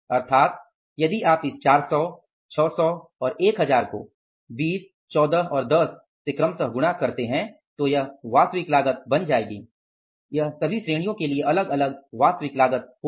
अर्थात यदि आप इस 400 600 और 1000 को 20 14 और 10 से गुणा करते हैं तो यह वास्तविक लागत बन जाएगी